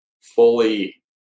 fully